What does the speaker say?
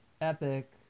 epic